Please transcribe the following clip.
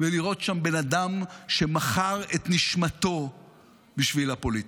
ולראות שם בן אדם שמכר את נשמתו בשביל הפוליטיקה.